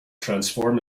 transform